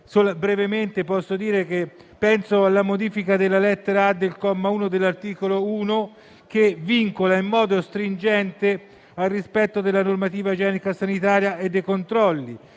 fondamenti essenziali. Penso alla modifica della lettera *a)* del comma 1 dell'articolo 1, che vincola in modo stringente al rispetto della normativa igienico-sanitaria e dei controlli;